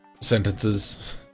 sentences